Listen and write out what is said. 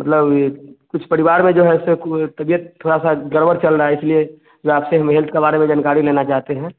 मतलब कुछ परिवार में जो ऐसे को तबियत थोड़ा सा गड़बड़ चल रहा है इसीलिए ये आपसे हेल्थ के बारे में जानकारी लेना चाहते हैं